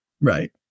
Right